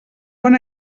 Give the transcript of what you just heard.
bon